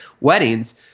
weddings